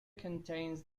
contains